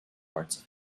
arts